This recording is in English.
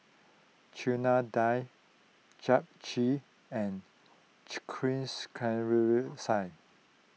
Chana Dal Japchae and